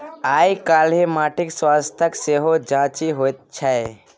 आयकाल्हि माटिक स्वास्थ्यक सेहो जांचि होइत छै